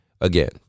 again